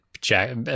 Jack